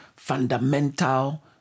fundamental